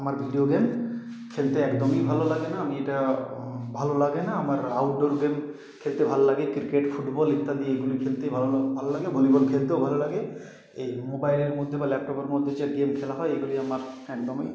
আমার video game খেলতে একদমই ভালো লাগে না আমি এটা ভালো লাগে না আমার আউটডোর গেম খেলতে ভালো লাগে ক্রিকেট ফুটবল ইত্যাদি এগুলিই খেলতে ভাল ভালো লাগে ভলিবল খেলতেও ভালো লাগে এই মোবাইলের মধ্যে বা ল্যাপটপের মধ্যে যে গেম খেলা হয় এগুলি আমার একদমই